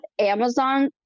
amazon